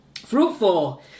fruitful